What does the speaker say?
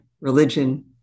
religion